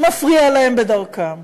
מפריע להם בדרכם,